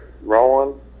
rolling